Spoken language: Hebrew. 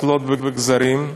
מקלות וגזרים,